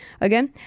again